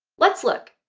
let's look